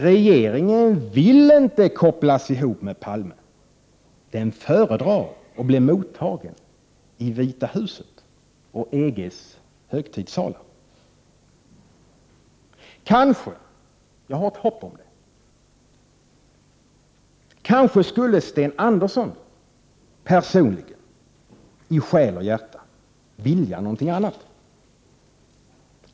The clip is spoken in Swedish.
Regeringen vill inte kopplas ihop med Palme, den föredrar att bli mottagen i Vita Huset och i EG:s högtidssalar. Kanske skulle Sten Andersson personligen i själ och hjärta vilja någon annat.